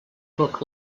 hook